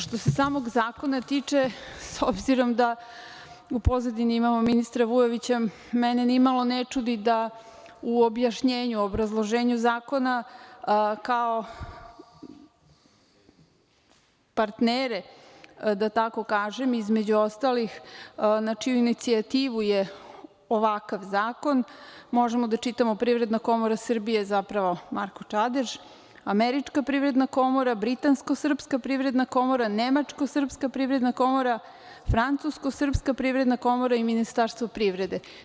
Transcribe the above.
Što se samog zakona tiče, s obzirom da u pozadini imamo ministra Vujovića, mene nimalo ne čudi da u objašnjenju, u obrazloženju zakona, kao partnere, da tako kažem, između ostalih, na čiju inicijativu je ovakav zakon, možemo da čitamo Privredna komora Srbije, zapravo Marko Čadež, američka privredna komora, britansko-srpska privredna komora, nemačko-srpska privredna komora, francusko-srpska privredna komora i Ministarstvo privrede.